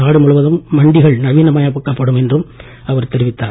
நாடு முழுவதும் மண்டிகள் நவீனமாக்கப் படும் என்றும் அவர் தெரிவித்தார்